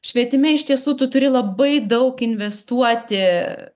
švietime iš tiesų tu turi labai daug investuoti